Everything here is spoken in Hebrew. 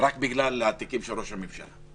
רק בגלל התיקים של ראש הממשלה.